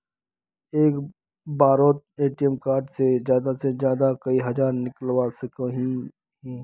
एक बारोत ATM card से ज्यादा से ज्यादा कई हजार निकलवा सकोहो ही?